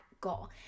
goal